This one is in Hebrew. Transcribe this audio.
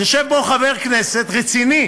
יושב פה חבר כנסת רציני